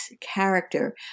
character